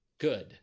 Good